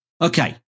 Okay